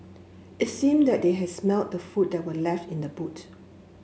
it seemed that they had smelt the food that were left in the boot